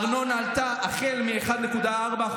הארנונה עלתה החל מ-1.4%,